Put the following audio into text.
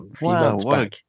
Wow